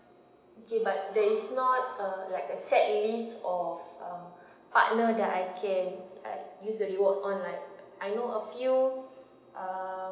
okay but there is not uh like a set list of um partner that I can use the rewards on right I know a few uh